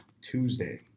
tuesday